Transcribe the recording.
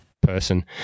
Person